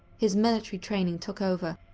his military training took over,